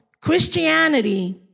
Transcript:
Christianity